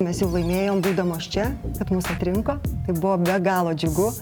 mes jau laimėjom būdamos čia kad mus atrinko tai buvo be galo džiugu